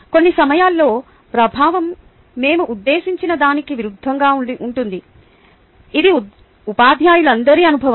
కొన్ని సమయాల్లో ప్రభావం మేము ఉద్దేశించిన దానికి విరుద్ధంగా ఉంటుంది ఇది ఉపాధ్యాయులందరి అనుభవం